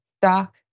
doc